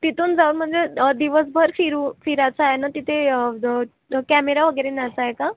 तिथून जाऊ म्हणजे दिवसभर फिरू फिरायचं आहे ना तिथे कॅमेरा वगैरे न्यायचा आहे का